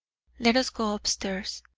let us go up-stairs.